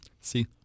See